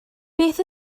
beth